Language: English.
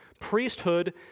Priesthood